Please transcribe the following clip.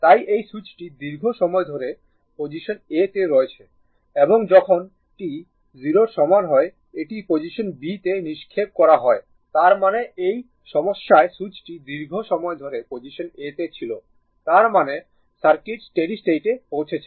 তাই এই সুইচটি দীর্ঘ সময় ধরে পজিশন a তে রয়েছে এবং যখন t 0 এর সমান হয় এটি পজিশন b তে নিক্ষেপ করা হয় তার মানে এই সমস্যায় সুইচটি দীর্ঘ সময় ধরে পজিশন a তে ছিল তার মানে সার্কিট স্টেডি স্টেটে পৌঁছেছে